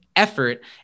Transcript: effort